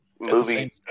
movie